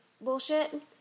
bullshit